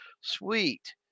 sweet